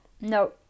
No